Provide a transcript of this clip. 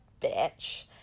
bitch